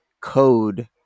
code